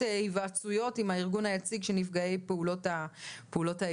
היוועצויות עם הארגון היציג של נפגעי פעולות האיבה,